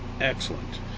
Excellent